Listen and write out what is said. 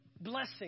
blessing